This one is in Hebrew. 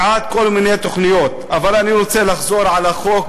ועד כל מיני תוכניות, אבל אני רוצה לחזור אל החוק.